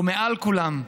ומעל כולם,